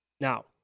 now